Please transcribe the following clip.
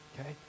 Okay